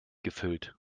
gefüllt